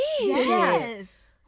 Yes